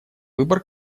выбор